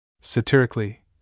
Satirically